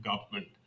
government